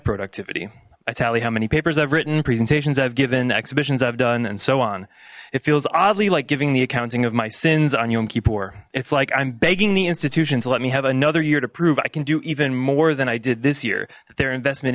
productivity italian e papers i've written presentations i've given exhibitions i've done and so on it feels oddly like giving the accounting of my sins on yom kippur it's like i'm begging the institution to let me have another year to prove i can do even more than i did this year there investment